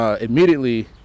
immediately